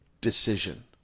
decision